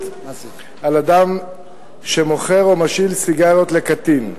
על אדם שמוכר או משאיל סיגריות לקטין.